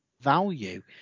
value